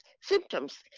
symptoms